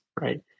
right